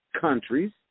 countries